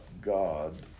God